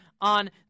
on